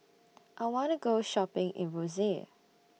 I want to Go Shopping in Roseau